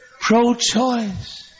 Pro-choice